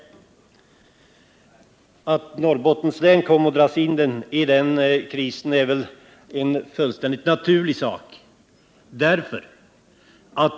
Att Norrbottens län drogs in i den krisen är en fullständigt naturlig sak.